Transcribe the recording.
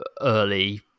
early